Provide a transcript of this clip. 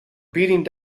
beating